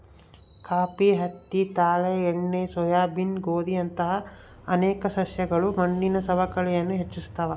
coffee ಹತ್ತಿ ತಾಳೆ ಎಣ್ಣೆ ಸೋಯಾಬೀನ್ ಗೋಧಿಯಂತಹ ಅನೇಕ ಸಸ್ಯಗಳು ಮಣ್ಣಿನ ಸವಕಳಿಯನ್ನು ಹೆಚ್ಚಿಸ್ತವ